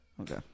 Okay